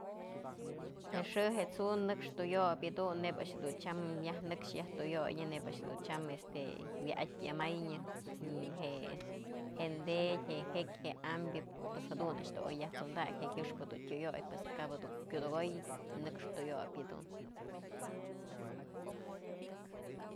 Jë xi je t'su nëkx tuyopyë jedun neyb dun chyam nëkx yaj tuyoy nebya a'ax tyam wa'at ämaynë, je'e, jen tedyëjek je'e ambyë pues jadun a'ax dun oy yajsondakyë jekyëxpë dun tyuyoy pues kaba dun tyudëkoy nëkxpë tuyoy jadun.